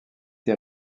tes